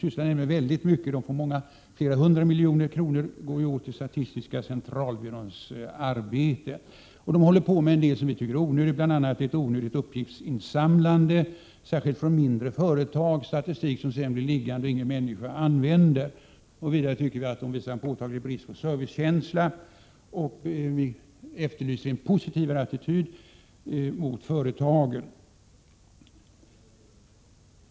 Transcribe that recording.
Flera 100 milj.kr. går åt till statistiska centralbyråns arbete. En del av det arbetet finner vi onödigt, bl.a. insamlande av uppgifter från särskilt mindre företag. Statistiken blir sedan liggande utan att användas av någon. Vidare tycker vi att byrån visar en påtaglig brist på känsla för service. Vi efterlyser en mer positiv attityd mot företagen.